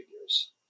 figures